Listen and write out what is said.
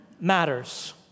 matters